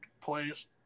Please